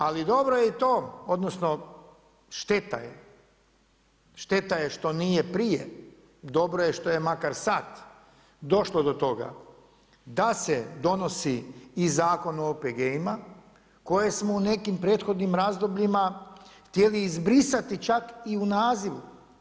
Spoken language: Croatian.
Ali dobro je i to, odnosno šteta je, šteta je što nije prije, dobro je što je makar sad došlo do toga da se donosi i Zakon o OPG-ima koje smo u nekim prethodnim razdobljima htjeli izbrisati čak i u nazivu.